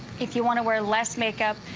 if you want to wear less makeup,